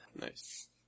Nice